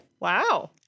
Wow